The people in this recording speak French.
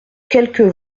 quelques